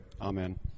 Amen